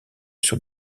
sur